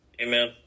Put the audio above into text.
Amen